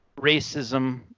racism